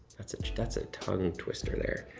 that's that's a tongue twister there.